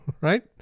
right